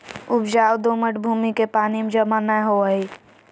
उपजाऊ दोमट भूमि में पानी जमा नै होवई हई